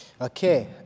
Okay